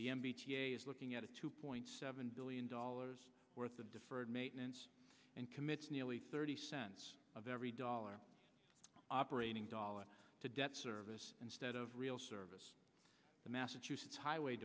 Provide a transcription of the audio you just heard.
t looking at a two point seven billion dollars worth of deferred maintenance and commits nearly thirty cents of every dollar operating dollar to debt service instead of real service the massachusetts highway